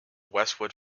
westwood